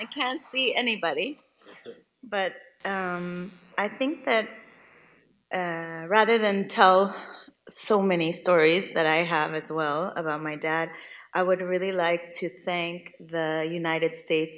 i can't see anybody but i think that rather than tell so many stories that i haven't so well about my dad i would really like to thank the united states